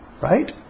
Right